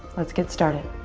let's get started.